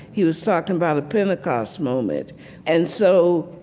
he was talking about a pentecost moment and so